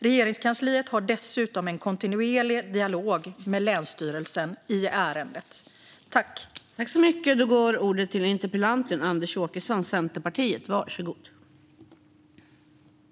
Regeringskansliet har dessutom en kontinuerlig dialog med länsstyrelsen i ärendet.